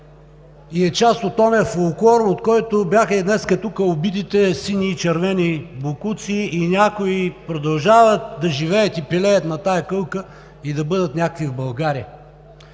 и е част от оня фолклор, от който бяха и днес тук обидите за сини и червени боклуци и някои продължават да живеят и пилеят на тази кълка и да бъдат някакви в България.